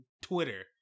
Twitter